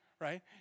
right